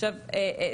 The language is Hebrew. עכשיו,